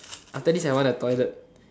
after this I wanna toilet